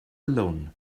alone